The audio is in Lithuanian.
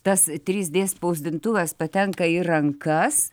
tas trys d spausdintuvas patenka į rankas